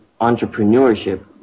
entrepreneurship